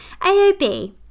AOB